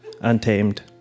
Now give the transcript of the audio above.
untamed